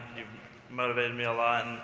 you've motivated me a lot,